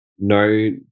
no